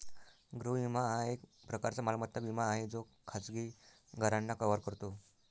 गृह विमा हा एक प्रकारचा मालमत्ता विमा आहे जो खाजगी घरांना कव्हर करतो